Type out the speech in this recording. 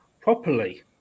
properly